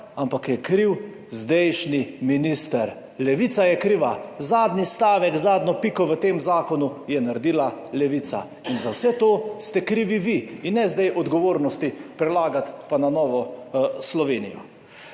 ampak je kriv zdajšnji minister, Levica je kriva, zadnji stavek, zadnjo piko v tem zakonu je naredila Levica in za vse to ste krivi vi in ne zdaj odgovornosti prelagati pa na Novo Slovenijo.